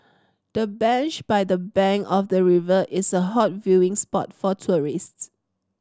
the bench by the bank of the river is a hot viewing spot for tourists